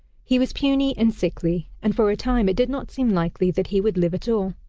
he was puny and sickly, and for a time it did not seem likely that he would live at all.